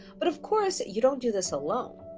but of course, you don't do this alone.